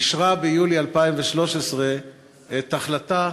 אישרה ביולי 2013 את החלטה